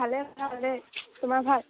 ভালে ভালে তোমাৰ ভাল